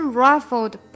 ruffled